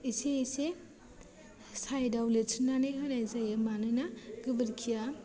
एसे एसे साइडाव लेरसिननानै होनाय जायो मानोना गोबोरखिया